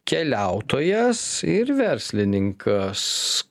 keliautojas ir verslininkas